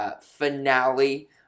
finale